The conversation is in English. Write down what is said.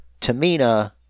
Tamina